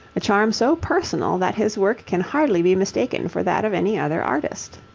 a charm so personal that his work can hardly be mistaken for that of any other artist.